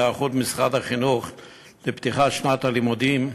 בהיערכות משרד החינוך לפתיחת שנת הלימודים,